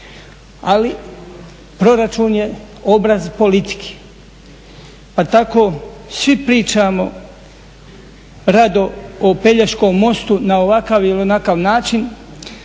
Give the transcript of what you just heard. Ali proračun je obraz politike. Pa tako svi pričamo rado o Pelješkom mostu na ovakav ili onakav način